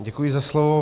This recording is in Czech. Děkuji za slovo.